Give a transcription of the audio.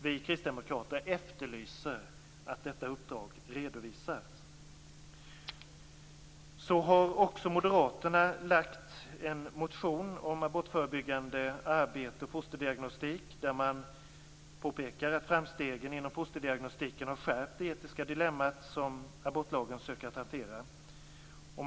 Vi kristdemokrater efterlyser att detta uppdrag redovisas. Moderaterna har också väckt en motion om abortförebyggande arbete och fosterdiagnostik där man påpekar att framstegen inom fosterdiagnostiken har skärpt det etiska dilemma som abortlagen försöker hantera.